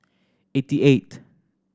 eighty eight